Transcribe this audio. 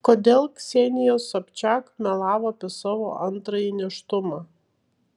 kodėl ksenija sobčiak melavo apie savo antrąjį nėštumą